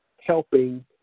helping